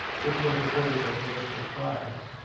which was awarded the pulitzer prize.